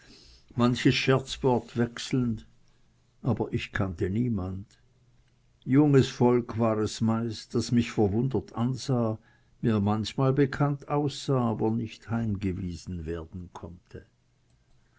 manches scherzwort wechselnd aber ich kannte niemand junges volk war es meist das mich verwundert ansah mir manchmal bekannt aussah aber nicht heimgewiesen werden konnte